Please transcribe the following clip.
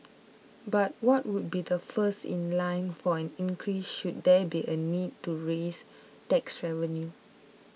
but what would be the first in line for an increase should there be a need to raise tax revenue